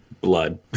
blood